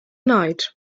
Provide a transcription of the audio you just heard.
night